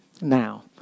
now